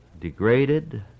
degraded